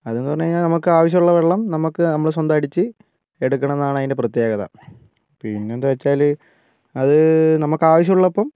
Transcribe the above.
അതെന്നു പറഞ്ഞ് കഴിഞ്ഞാൽ നമ്മൾക്ക് ആവശ്യമുള്ള വെള്ളം നമ്മൾക്ക് നമ്മൾ സ്വന്തം അടിച്ച് എടുക്കണതാണ് അതിൻ്റെ പ്രത്യേകത പിന്നെ എന്താ വച്ചാൽ അത് നമ്മൾക്ക് ആവശ്യമുള്ളപ്പം